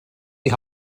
die